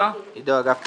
אני עידו מאגף התקציבים.